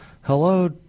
hello